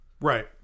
Right